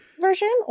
version